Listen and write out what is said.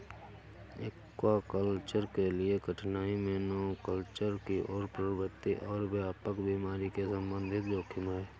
aquaculture के लिए कठिनाई मोनोकल्चर की ओर प्रवृत्ति और व्यापक बीमारी के संबंधित जोखिम है